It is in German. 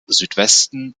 südwesten